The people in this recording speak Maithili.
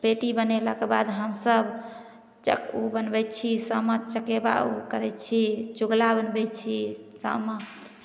पेटी बनेलाके बाद हमसब ओ बनबै छी सामा चकेबा ओ करै छी चुगला बनबै छी सामा